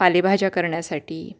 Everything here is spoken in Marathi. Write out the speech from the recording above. पालेभाज्या करण्यासाठी